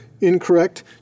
incorrect